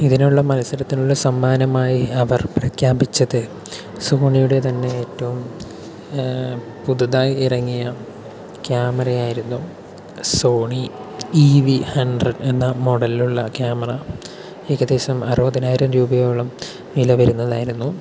ഇതിനുള്ള മത്സരത്തിനുള്ള സമ്മാനമായി അവർ പ്രഖ്യാപിച്ചത് സോണിയുടെ തന്നെ ഏറ്റവും പുതുതായി ഇറങ്ങിയ ക്യാമറയായിരുന്നു സോണി ഇ വി ഹൺഡ്രഡ് എന്ന മോഡലിലുള്ള ക്യാമറ ഏകദേശം അറുപതിനായിരം രൂപയോളം വില വരുന്നതായിരുന്നു